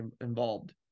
involved